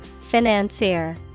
Financier